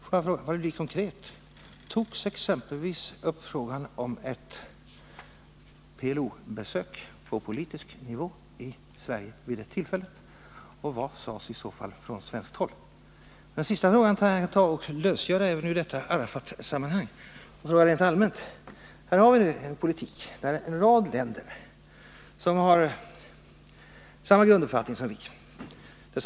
Får jag ställa konkreta frågor: Togs exempelvis frågan upp om ett Nr 31 PLO-besök på politisk nivå i Sverige vid något tillfälle? Vad sades i så fall från Måndagen den svenskt håll? 19 november 1979 Den sista frågan kan jag lösgöra från detta Arafat-sammanhang. En rad länder med samma grunduppfattning som Sverige —t.ex.